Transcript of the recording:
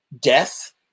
death